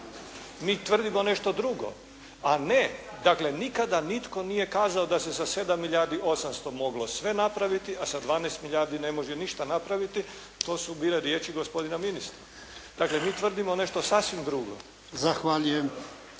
Mi tvrdimo nešto drugo. A ne, dakle nikada nitko nije kazao da se sa 7 milijardi 800 moglo sve napraviti, a sa 12 milijardi ne može ništa napraviti. To su bile riječi gospodina ministra. Dakle mi tvrdimo nešto sasvim drugo.